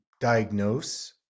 diagnose